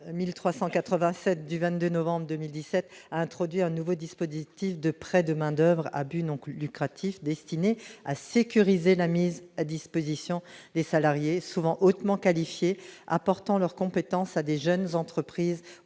1397 du 22 novembre 2017 a introduit un nouveau dispositif de prêt de main-d'oeuvre à but non que lucratif destiné à sécuriser la mise à disposition des salariés souvent hautement qualifiés apportant leurs compétences à des jeunes entreprises